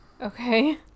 Okay